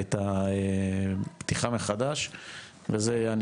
את הפתיחה מחדש וזה יהיה